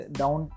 down